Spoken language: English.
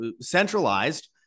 centralized